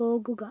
പോകുക